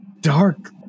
dark